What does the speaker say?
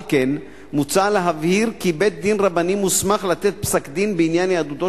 על כן מוצע להבהיר כי בית-דין רבני מוסמך לתת פסק-דין בעניין יהדותו